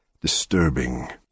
disturbing